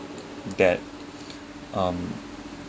that um